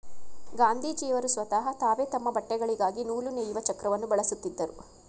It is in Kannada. ಗಾಂಧೀಜಿಯವರು ಸ್ವತಹ ತಾವೇ ತಮ್ಮ ಬಟ್ಟೆಗಳಿಗಾಗಿ ನೂಲು ನೇಯುವ ಚಕ್ರವನ್ನು ಬಳಸುತ್ತಿದ್ದರು